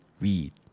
read